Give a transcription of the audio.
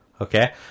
Okay